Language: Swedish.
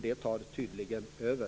Det tar tydligen över.